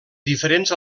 diferents